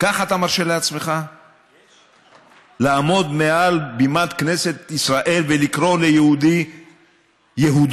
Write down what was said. ככה אתה מרשה לעצמך לעמוד מעל בימת כנסת ישראל ולקרוא ליהודי "יהודון"?